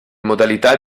modalità